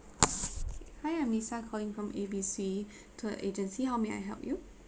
hi I'm lisa calling from A B C tour agency how may I help you